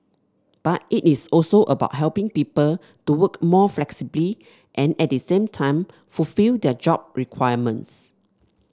but it is also about helping people to work more flexibly and at the same time fulfil their job requirements